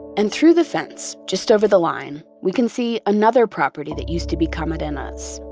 and through the fence, just over the line, we can see another property that used to be camarena's.